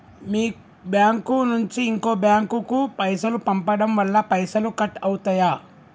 మీ bank నుంచి ఇంకో bank కు పైసలు పంపడం వల్ల పైసలు కట్ అవుతయా?